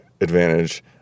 advantage